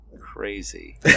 crazy